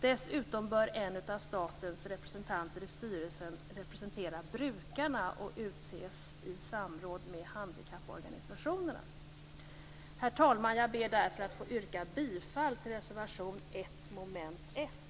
Dessutom bör en av statens representanter i styrelsen representera brukarna, och utses i samråd med handikapporganisationerna. Herr talman! Jag ber därför att få yrka bifall till reservation 1 under mom. 1.